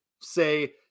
say